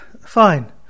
Fine